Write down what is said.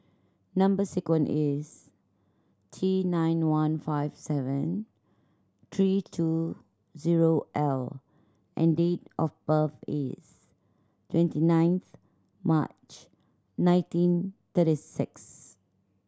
number sequence is T nine one five seven three two zero L and date of birth is twenty ninth March nineteen thirty six